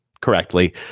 correctly